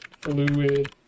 fluid